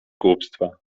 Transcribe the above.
głupstwa